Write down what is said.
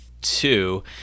two